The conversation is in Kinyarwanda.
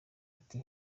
ati